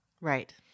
Right